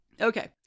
Okay